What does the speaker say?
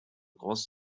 groß